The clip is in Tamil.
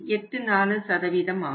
84 ஆகும்